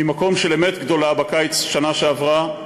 ממקום של אמת גדולה בקיץ בשנה שעברה,